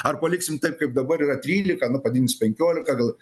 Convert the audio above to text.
ar paliksim taip kaip dabar yra trylika nu padidins penkiolika gal